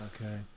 okay